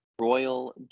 royal